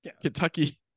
Kentucky